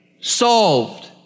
solved